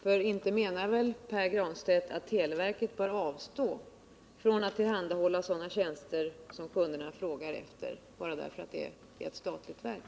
För inte menar väl Pär Granstedt att televerket bör avstå från att tillhandahålla sådana tjänster som kunderna frågar efter bara därför att det är ett statligt verk?